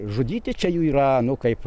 žudyti čia jų yra nu kaip